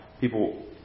people